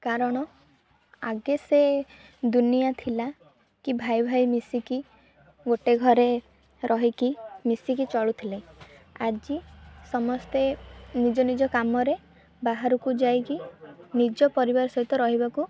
କାରଣ ଆଗେ ସେ ଦୁନିଆ ଥିଲା କି ଭାଇ ଭାଇ ମିଶିକି ଗୋଟେ ଘରେ ରହିକି ମିଶିକି ଚଳୁଥିଲେ ଆଜି ସମସ୍ତେ ନିଜ ନିଜ କାମରେ ବାହାରକୁ ଯାଇକି ନିଜ ପରିବାର ସହିତ ରହିବାକୁ